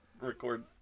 Record